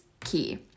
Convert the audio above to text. key